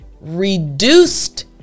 reduced